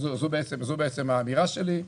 זו האמירה שלי.